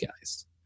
guys